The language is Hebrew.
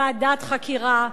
ועדת חקירה,